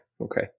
Okay